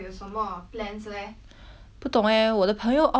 不懂 eh 我的朋友 oh 我朋友不是要 intern liao lor this sem